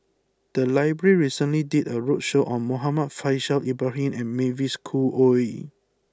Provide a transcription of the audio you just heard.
the library recently did a roadshow on Muhammad Faishal Ibrahim and Mavis Khoo Oei